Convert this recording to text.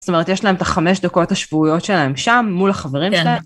זאת אומרת, יש להם את החמש דקות השבועיות שלהם שם מול החברים שלהם.